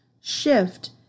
shift